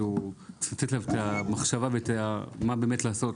לתת עליו את המחשבה מה באמת לעשות.